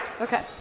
Okay